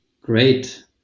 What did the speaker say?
great